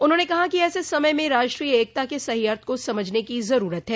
उन्होंने कहा कि ऐसे समय में राष्ट्रीय एकता के सही अर्थ को समझने की जरूरत है